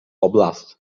oblast